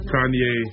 Kanye